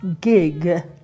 gig